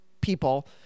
people